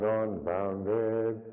unbounded